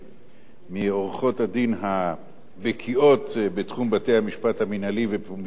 מעורכות-הדין הבקיאות בתחום בתי-המשפט המינהלי ופומביות הדיון,